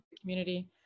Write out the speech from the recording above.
community